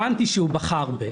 הבנתי שהוא בכה הרבה.